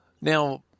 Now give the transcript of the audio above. Now